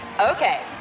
Okay